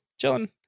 chilling